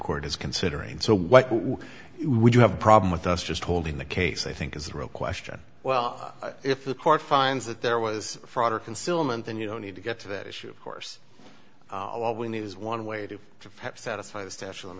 court is considering so what we do have a problem with us just holding the case i think is the real question well if the court finds that there was fraud or concealment then you know need to get to that issue of course we need is one way to satisfy the statute